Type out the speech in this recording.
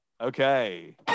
Okay